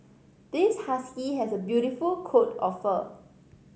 this husky has a beautiful coat of fur